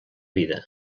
vida